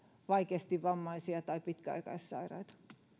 vaikeasti vammaisia tai pitkäaikaissairaita